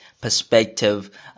perspective